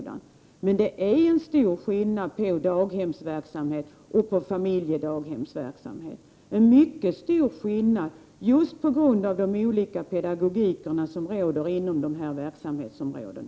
Det är dock en stor skillnad på daghemsverksamhet och familjedaghemsverksamhet. Det är mycket stor skillnad på grund av de olika pedagogiska idéer som råder inom dessa verksamhetsområden.